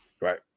Right